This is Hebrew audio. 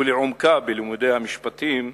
ולעומקה בלימודי המשפטים,